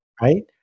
right